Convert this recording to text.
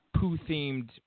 poo-themed